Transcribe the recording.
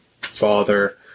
father